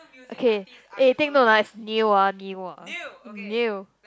okay eh take note ah it's new ah new ah new